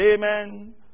amen